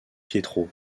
pietro